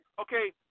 okay